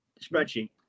spreadsheet